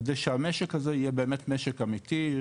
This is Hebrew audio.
כדי שהמשק הזה יהיה באמת משק אמיתי,